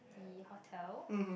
the hotel